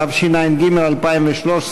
התשע"ד 2014,